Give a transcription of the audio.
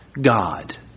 God